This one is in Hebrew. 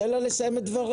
תן לה לסיים את דבריה.